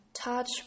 touch